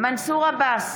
מנסור עבאס,